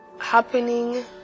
happening